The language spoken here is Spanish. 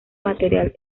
material